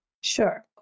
Sure